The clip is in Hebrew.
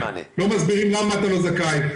לא מסבירים למה אתה לא זכאי,